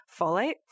folate